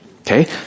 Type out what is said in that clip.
Okay